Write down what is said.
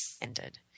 ended